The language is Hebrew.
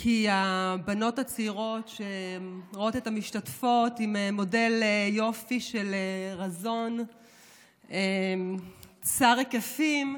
כי הבנות הצעירות שרואות את המשתתפות עם מודל יופי של רזון צר היקפים,